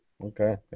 Okay